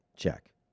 check